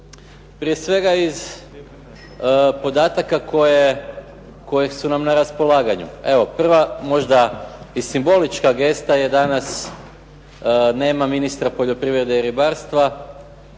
Prije svega iz podataka koja su nam na raspolaganju. Evo prva možda i simbolička gesta je danas nema ministra poljoprivrede i ribarstva.